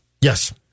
Yes